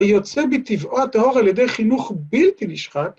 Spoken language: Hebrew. ‫יוצא בטבעו הטהור ‫על ידי חינוך בלתי נשחק.